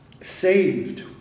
saved